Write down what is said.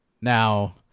now